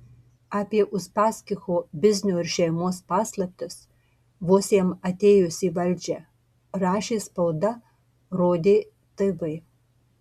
apie uspaskicho biznio ir šeimos paslaptis vos jam atėjus į valdžią rašė spauda rodė tv